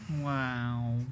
Wow